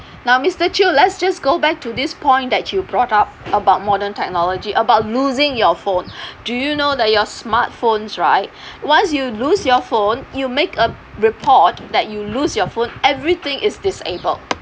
now mister chew let's just go back to this point that you brought up about modern technology about losing your phone do you know that your smartphones right once you lose your phone you make a report that you lose your phone everything is disabled